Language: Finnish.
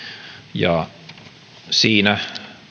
ja siinä